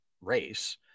race